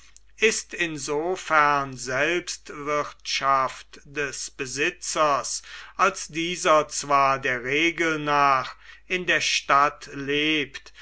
ist insofern selbstwirtschaft des besitzers als dieser zwar der regel nach in der stadt lebt